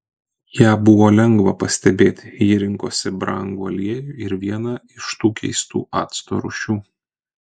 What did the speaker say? ją buvo lengva pastebėti ji rinkosi brangų aliejų ir vieną iš tų keistų acto rūšių